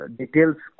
details